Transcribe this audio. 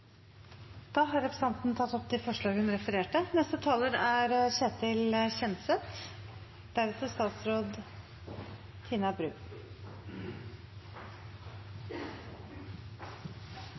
Da har representanten Kari Elisabeth Kaski tatt opp de forslag hun refererte til. Plastforureining er